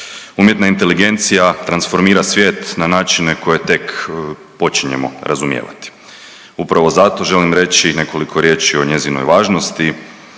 Umjetna inteligencija transformira svijet na načine koje tek počinjemo razumijevati. Upravo zato želim reći nekoliko riječi o njezinoj važnosti